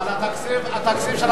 אבל התקציב של 2009 2010,